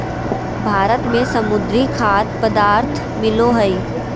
भारत में समुद्री खाद्य पदार्थ मिलो हइ